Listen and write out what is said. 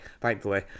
Thankfully